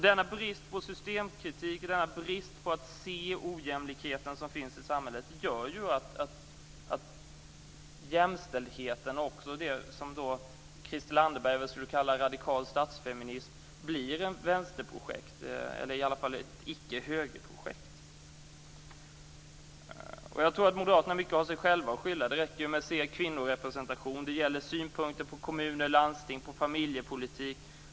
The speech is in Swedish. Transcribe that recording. Denna brist på systemkritik och att man inte ser ojämlikheten som finns i samhället gör att jämställdheten, också den som Christel Anderberg kallar radikal statsfeminism, blir ett vänsterprojekt eller i varje fall ett icke-högerprojekt. Jag tror att Moderaterna i mycket har sig själva att skylla. Det räcker med att se deras kvinnorepresentation. Det gäller också synpunkterna på kommuner, landsting och familjepolitik.